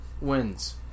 wins